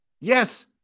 Yes